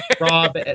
Rob